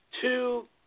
two